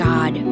God